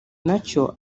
nacyo